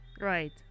Right